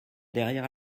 derrière